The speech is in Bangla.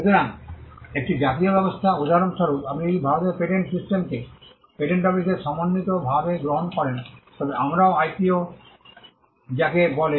সুতরাং একটি জাতীয় ব্যবস্থা উদাহরণস্বরূপ আপনি যদি ভারতের পেটেন্ট সিস্টেমকে India's patent system পেটেন্ট অফিসের সমন্বিতভাবে গ্রহণ করেন তবে আমরা আইপিও যাকে বলে